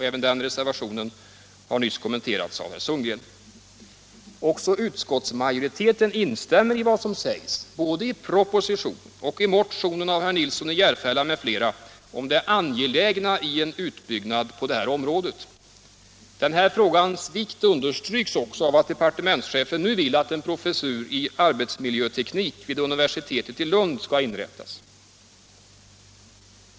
Även den reservationen har nyss kommenterats av herr Sundgren. Utskottsmajoriteten instämmer i vad som sägs både i propositionen och i motionen av herr Nilsson i Järfälla m.fl. om det angelägna i en utbyggnad på detta område. Den här frågans vikt understryks också av att departementschefen nu vill att en professur i arbetsmiljöteknik skall inrättas vid universitetet i Lund.